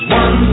one